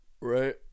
Right